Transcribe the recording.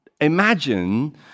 imagine